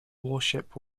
warship